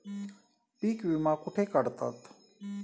पीक विमा कुठे काढतात?